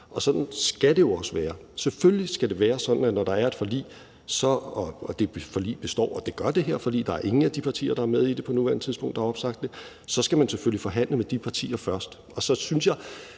og sådan skal det jo også være. Selvfølgelig skal det være sådan, at når der er et forlig og det forlig består, og det gør det her forlig – der er ingen af de partier, der er med i det på nuværende tidspunkt, der har opsagt det – så skal man selvfølgelig forhandle med de partier først. Så synes jeg,